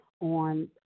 on